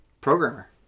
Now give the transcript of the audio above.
Programmer